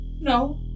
No